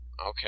Okay